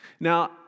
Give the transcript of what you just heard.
Now